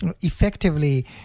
effectively